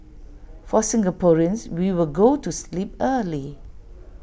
for Singaporeans we will go to sleep early